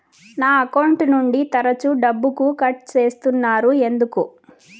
నా అకౌంట్ నుండి తరచు డబ్బుకు కట్ సేస్తున్నారు ఎందుకు